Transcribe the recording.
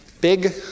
big